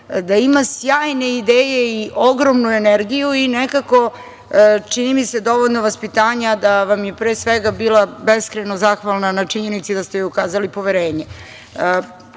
ima sjajne ideje i ogromnu energiju i nekako, čini mi se, dovoljno vaspitanja da bi vam pre svega bila beskrajno zahvalna na činjenici da ste joj ukazali poverenje. Ja